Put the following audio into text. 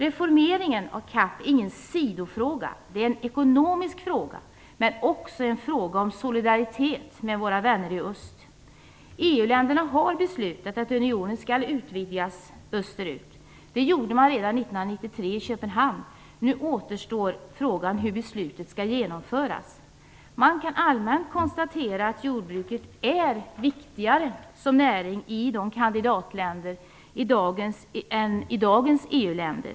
Reformeringen av CAP är ingen sidofråga. Det är en ekonomisk fråga, men också en fråga om solidaritet med våra vänner i öst. EU-länderna har beslutat att unionen skall utvidgas österut. Det gjorde man redan 1993 i Köpenhamn. Nu återstår frågan hur beslutet skall genomföras. Man kan allmänt konstatera att jordbruket är viktigare som näring i kandidatländerna än i dagens EU-länder.